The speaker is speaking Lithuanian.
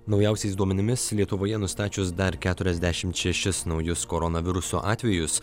naujausiais duomenimis lietuvoje nustačius dar keturiasdešimt šešis naujus koronaviruso atvejus